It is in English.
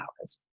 hours